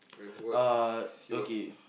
uh okay